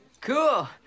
cool